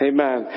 Amen